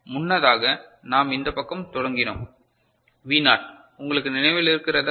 முன்னதாக நாம் இந்த பக்கம் தொடங்கினோம் V நாட் உங்களுக்கு நினைவில் இருக்கிறதா